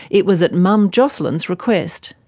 it was at mum jocelyn's request.